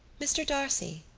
mr. d'arcy,